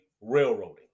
railroading